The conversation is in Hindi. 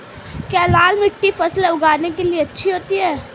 क्या लाल मिट्टी फसल उगाने के लिए अच्छी होती है?